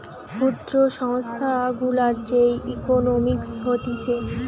ক্ষুদ্র সংস্থা গুলার যে ইকোনোমিক্স হতিছে